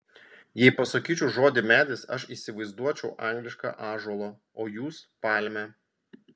jei pasakyčiau žodį medis aš įsivaizduočiau anglišką ąžuolą o jūs palmę